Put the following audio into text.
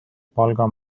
palga